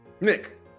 Nick